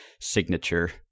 signature